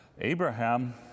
Abraham